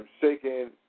shaking